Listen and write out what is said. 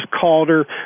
Calder